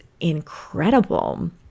incredible